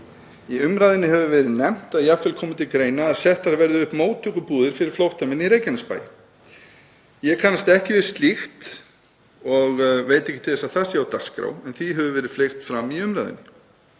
Í umræðunni hefur verið nefnt að jafnvel komi til greina að settar verði upp móttökubúðir fyrir flóttamenn í Reykjanesbæ. Ég kannast ekki við slíkt og veit ekki til þess að það sé á dagskrá en því hefur verið fleygt fram í umræðunni.